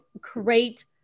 create